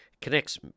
connects